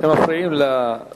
אתם מפריעים לשר החינוך.